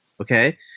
okay